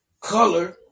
color